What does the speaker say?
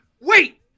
Wait